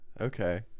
Okay